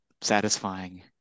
satisfying